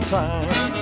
time